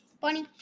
Bunny